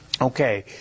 Okay